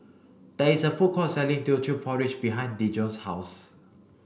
there is a food court selling Teochew porridge behind Dejon's house